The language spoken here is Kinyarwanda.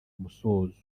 musozo